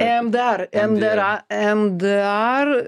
em dar em de ra em d ar